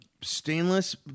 stainless